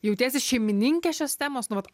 jautiesi šeimininkė šios temos nu vat